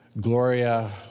Gloria